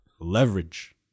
leverage